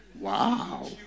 Wow